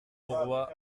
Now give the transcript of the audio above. auroi